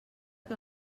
que